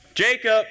Jacob